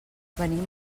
venim